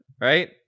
right